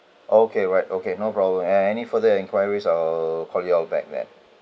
okay right okay no problem and any further enquiries I'll call you all back then